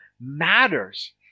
matters